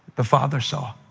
the father saw.